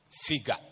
figure